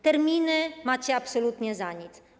Terminy macie absolutnie za nic.